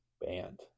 band